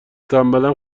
تنبلم